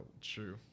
true